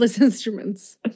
instruments